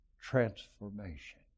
transformation